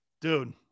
Dude